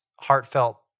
heartfelt